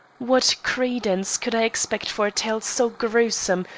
what credence could i expect for a tale so gruesome,